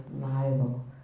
liable